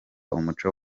umuco